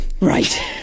Right